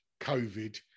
COVID